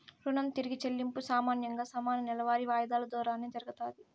రుణం తిరిగి చెల్లింపు సామాన్యంగా సమాన నెలవారీ వాయిదాలు దోరానే జరగతాది